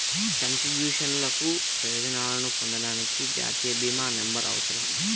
కంట్రిబ్యూషన్లకు ప్రయోజనాలను పొందడానికి, జాతీయ భీమా నంబర్అవసరం